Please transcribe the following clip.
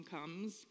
comes